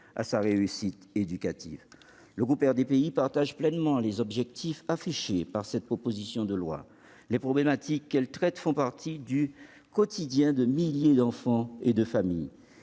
à sa réussite éducative. Les membres du groupe RDPI partagent pleinement les objectifs de cette proposition de loi. Les problématiques qu'elle traite font partie du quotidien de milliers d'enfants et de familles.